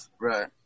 Right